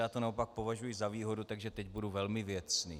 Já to naopak považuji za výhodu, takže teď budu velmi věcný.